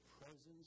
presence